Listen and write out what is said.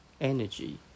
energy